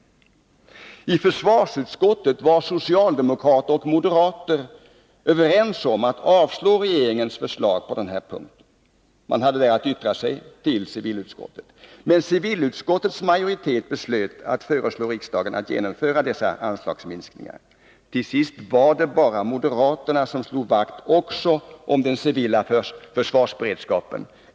I försvarsutskottet, som hade att yttra sig till civilutskottet, var socialdemokrater och moderater överens om att avslå regeringens förslag på den här punkten. Men civilutskottets majoritet beslöt att föreslå riksdagen att genomföra dessa anslagsminskningar. Till sist var det bara moderaterna som slog vakt också om den civila försvarsberedskapen.